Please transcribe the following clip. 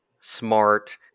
smart